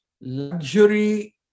luxury